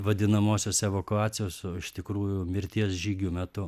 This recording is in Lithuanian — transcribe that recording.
vadinamosios evakuacijos o iš tikrųjų mirties žygių metu